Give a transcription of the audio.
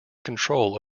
control